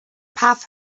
path